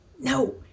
No